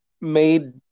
made